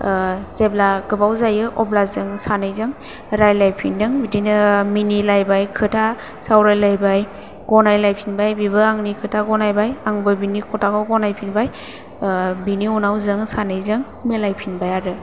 जेब्ला गोबाव जायो अब्ला जों सानैजों रायलायफिनदों बिदिनो मिनिलायबाय खोथा सावरायलायबाय गनायलायफिनबाय बेबो आंनि खोथा गनायबाय आंबो बिनि खोथाखौ गनायफिनबाय बिनि उनाव जों सानैजों मिलायफिनबाय आरो